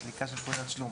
"סליקה" של פעולת תשלום